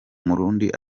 murundi